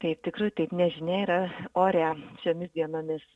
taip tikrai taip nežinia yra ore šiomis dienomis